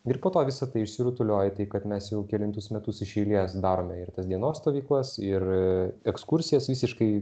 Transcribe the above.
ir po to visa tai išsirutuliojo į tai kad mes jau kelintus metus iš eilės darome ir tas dienos stovyklas ir ekskursijas visiškai